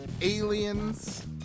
Aliens